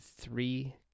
three